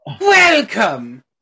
welcome